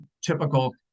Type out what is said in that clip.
typical